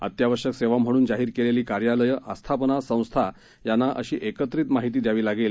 अत्यावश्यक सेवा म्हणून जाहीर केलेली कार्यालयं आस्थापना संस्था यांना अशी एकत्रित माहिती दयावी लागेल